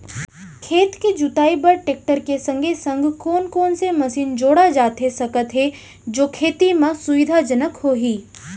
खेत के जुताई बर टेकटर के संगे संग कोन कोन से मशीन जोड़ा जाथे सकत हे जो खेती म सुविधाजनक होही?